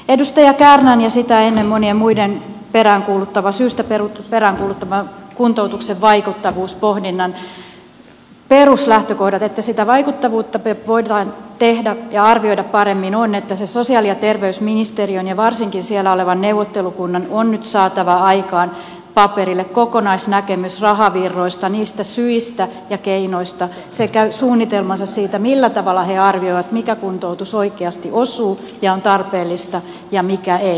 edustaja kärnän ja sitä ennen monien muiden syystä peräänkuuluttamat kuntoutuksen vaikuttavuuspohdinnan peruslähtökohdat että sitä vaikuttavuutta voidaan tehdä ja arvioida paremmin ovat että sosiaali ja terveysministeriön ja varsinkin siellä olevan neuvottelukunnan on nyt saatava aikaan paperille kokonaisnäkemys rahavirroista niistä syistä ja keinoista sekä suunnitelmansa siitä millä tavalla he arvioivat mikä kuntoutus oikeasti osuu ja on tarpeellista ja mikä ei